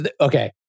okay